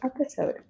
episode